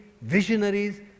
visionaries